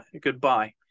goodbye